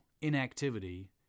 inactivity